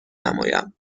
نمایم